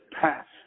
passed